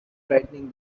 frightening